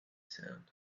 sound